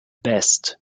best